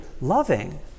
loving